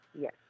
Yes